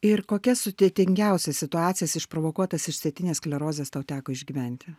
ir kokias sudėtingiausias situacijas išprovokuotas išsėtinės sklerozės tau teko išgyventi